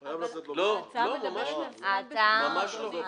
--- לא לא, חייב לתת לו --- לא, ממש לא.